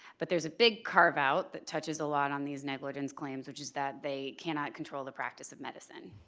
but there's a big carve out that touches a lot on these negligence claims which is that they cannot control the practice of medicine.